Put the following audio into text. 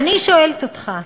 ואני שואלת אותך,